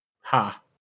ha